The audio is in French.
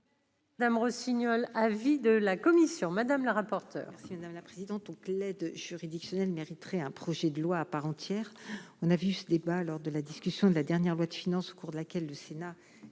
Madame Rossignol, avis de la commission madame la rapporteure.